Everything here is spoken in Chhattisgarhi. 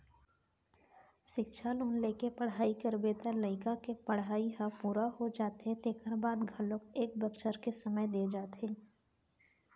सिक्छा लोन लेके पढ़ई करबे त लइका के पड़हई ह पूरा हो जाथे तेखर बाद घलोक एक बछर के समे दे जाथे